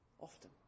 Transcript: often